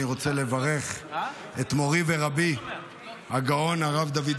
אני רוצה לברך את מורי ורבי הגאון הרב דוד יוסף,